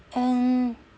and